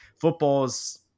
Football's